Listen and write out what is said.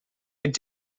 could